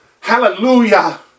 Hallelujah